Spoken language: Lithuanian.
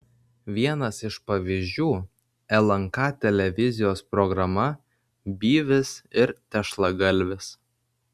vienas iš pavyzdžių lnk televizijos programa byvis ir tešlagalvis